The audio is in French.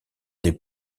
des